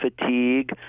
fatigue